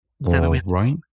Right